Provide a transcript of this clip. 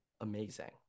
amazing